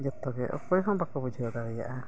ᱡᱚᱛᱚᱜᱮ ᱚᱠᱚᱭ ᱦᱚᱸ ᱵᱟᱠᱚ ᱵᱩᱡᱷᱟᱹᱣ ᱫᱟᱲᱮᱭᱟᱜᱼᱟ